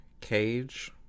cage